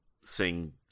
sing